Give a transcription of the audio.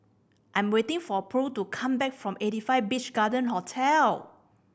I am waiting for Purl to come back from Eighty Five Beach Garden Hotel